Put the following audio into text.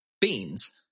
beans